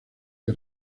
que